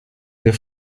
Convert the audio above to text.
der